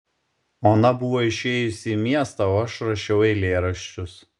ona buvo išėjusi į miestą o aš rašiau eilėraščius